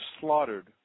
slaughtered